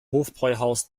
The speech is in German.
hofbräuhaus